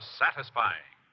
satisfying